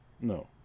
No